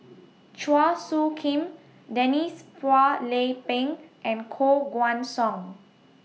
Chua Soo Khim Denise Phua Lay Peng and Koh Guan Song